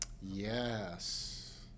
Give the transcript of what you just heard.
Yes